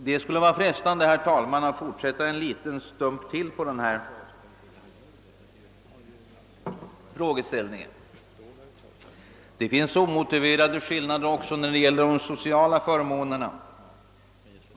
Det skulle vara frestande, herr talman, att fortsätta en liten stump till på denna linje. Det finns omotiverade skillnader också när det gäller de sociala förmånerna.